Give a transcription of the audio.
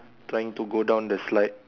trying to go down the slide